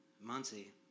muncie